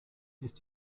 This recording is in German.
ist